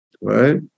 right